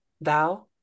Thou